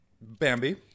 Bambi